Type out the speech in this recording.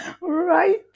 Right